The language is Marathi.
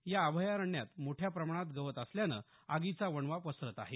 या अभयारण्यात मोठ्या प्रमाणात गवत असल्यानं आगीचा वणवा पसरत आहे